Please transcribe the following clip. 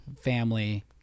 family